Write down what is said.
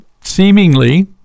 Seemingly